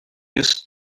used